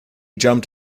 jumped